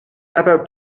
about